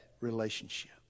relationship